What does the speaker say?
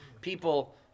people